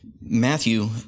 Matthew